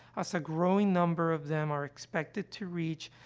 as a growing number of them are expected to reach,